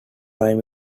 prime